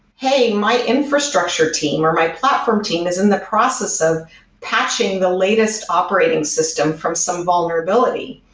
hey, my infrastructure team or my platform team is in the process of patching the latest operating system from some vulnerability.